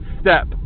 step